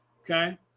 Okay